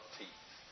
teeth